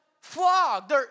flogged